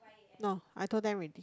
no I told them ready